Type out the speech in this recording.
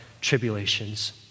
tribulations